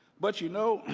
but you know,